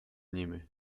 nimi